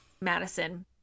Madison